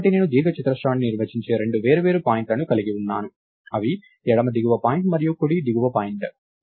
కాబట్టి నేను దీర్ఘచతురస్రాన్ని నిర్వచించే రెండు వేర్వేరు పాయింట్లను కలిగి ఉన్నాను అవి ఎడమ దిగువ పాయింట్ మరియు కుడి ఎగువ బిందువు